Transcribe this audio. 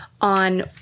on